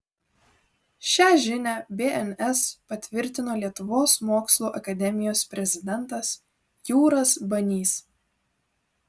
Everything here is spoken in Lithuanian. šią žinią bns patvirtino lietuvos mokslų akademijos prezidentas jūras banys